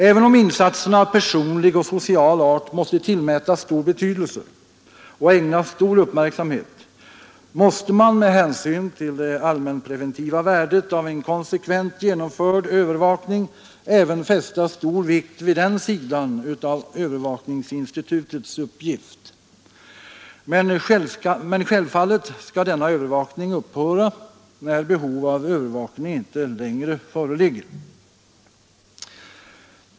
Även om insatserna av personlig och social art måste tillmätas stor betydelse och ägnas stor uppmärksamhet måste man med hänsyn till det allmänpreventiva värdet av en konsekvent genomförd övervakning fästa stor vikt också vid den sidan av övervakningsinstitutets uppgift. Men självfallet skall denna övervakning upphöra då behov av övervakning inte längre föreligger.